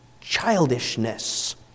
Childishness